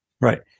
Right